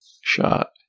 shot